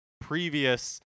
previous